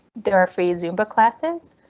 there are free zumba classes.